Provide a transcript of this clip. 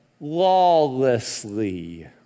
lawlessly